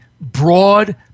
broad